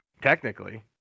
technically